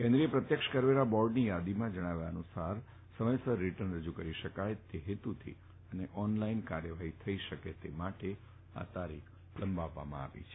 કેન્દ્રીય પ્રત્યક્ષ કરવેરા બોર્ડની યાદી અનુસાર સમયસર રીટર્ન રજુ કરી શકાય તે હેતુથી અને ઓનલાઈન કાર્યવાહી થઈ શકે તે હેતુથી આ તારીખ લંબાવવામાં આવી છે